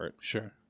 Sure